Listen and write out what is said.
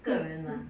个人 lah